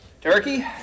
Turkey